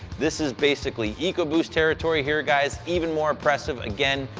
this is basically eco-boost territory here, guys, even more impressive, again,